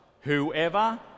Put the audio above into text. whoever